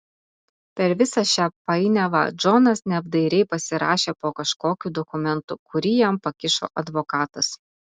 per visą šią painiavą džonas neapdairiai pasirašė po kažkokiu dokumentu kurį jam pakišo advokatas